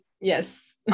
Yes